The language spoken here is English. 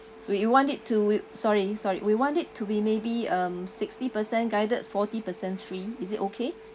we'll want want it to we sorry sorry we want it to be maybe um sixty percent guided forty percent free is it okay